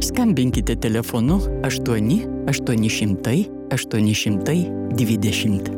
skambinkite telefonu aštuoni aštuoni šimtai aštuoni šimtai dvidešimt